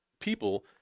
people